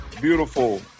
beautiful